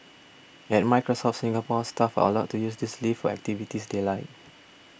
at Microsoft Singapore staff are allowed to use this leave for activities they like